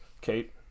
kate